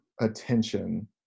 attention